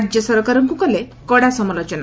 ରାଜ୍ୟ ସରକାରଙ୍କୁ କଲେ କଡ଼ା ସମାଲୋଚନା